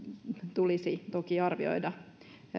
tulisi toki arvioida